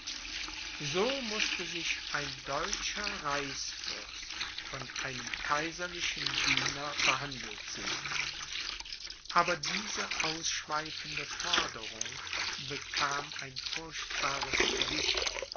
so mußte sich ein deutscher reichsfürst von einem kaiserlichen diener behandelt sehen aber diese ausschweifende forderung bekam ein furchtbares gewicht